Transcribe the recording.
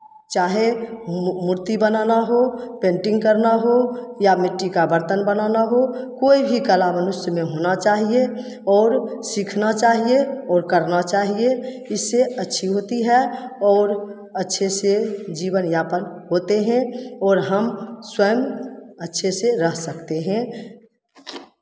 चाहे मूर्ति बनाना हो पेंटिंग करना हो या मिट्टी का बर्तन बनाना हो कोई भी कला मनुष्य में होना चाहिए और सीखना चाहिए और करना चाहिए इससे अच्छी होती है और अच्छे से जीवनयापन होते हैं और हम स्वयं अच्छे से रह सकते हैं